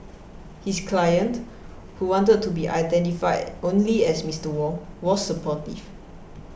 his client who wanted to be identified only as Mister Wong was supportive